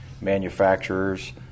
manufacturers